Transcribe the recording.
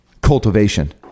cultivation